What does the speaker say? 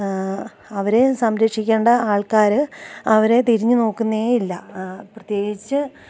അവരെ സംരക്ഷിക്കേണ്ട ആൾക്കാർ അവരെ തിരിഞ്ഞ് നോക്കുന്നതേയില്ല പ്രത്യേകിച്ച്